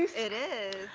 it is,